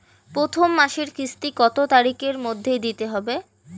প্রথম মাসের কিস্তি কত তারিখের মধ্যেই দিতে হবে?